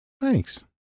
thanks